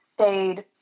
stayed